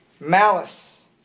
malice